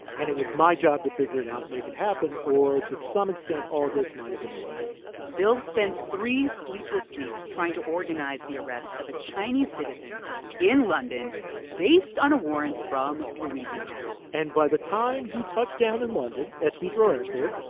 and it was my job to figure it out and make it happen, or, to some extent, all this might have been a waste bill spends three sleepless weeks trying to organize the arrest of a chinese citizen in london based on a warrant from louisiana and by the time he touched down in london at heathrow airport,